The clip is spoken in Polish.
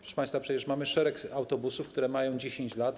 Proszę państwa, przecież mamy szereg autobusów, które mają 10 lat.